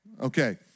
Okay